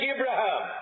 Abraham